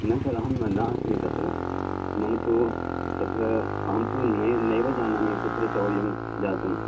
न तदहं नास्मि तत्र मम् तु तत्र अहं तु न्वय् नैव जानामि कुत्र चौर्यं जातम्